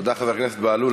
תודה, חבר כנסת בהלול.